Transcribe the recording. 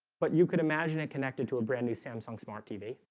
but you could imagine it connected to a brand new samsung smart tv